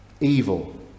Evil